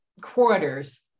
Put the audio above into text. quarters